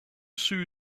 soo